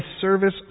service